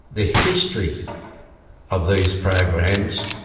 the history of these programs,